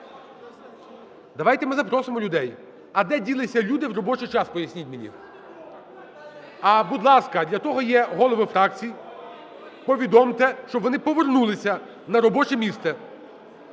Давайте ми запросимо людей. А де ділися люди в робочий час, поясніть мені. (Шум у залі) А, будь ласка! Для того є голови фракцій. Повідомте, щоб вони повернулися на робоче місце.